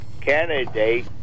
candidate